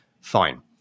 Fine